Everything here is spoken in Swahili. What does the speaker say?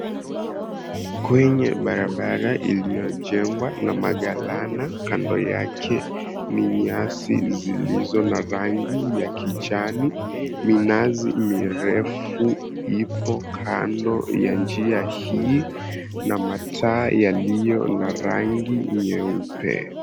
Kwenye barabara iliyojengwa na magalana, kando yake ni nyasi zilizo na rangi ya kijani. Minazi mirefu ipo kando ya njia hii na mataa yaliyo na rangi nyeupe.